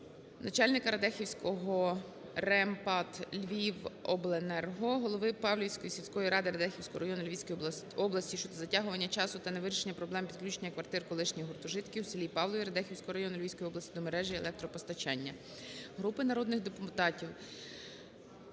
Начальника Радехівського РЕМ ПАТ "Львівобленерго", голови Павлівської сільської ради Радехівського району Львівської області щодо затягування часу та невирішення проблем підключення квартир колишніх гуртожитків у селі Павлові Радехівського району Львівської області до мережі електропостачання. Групи народних депутатів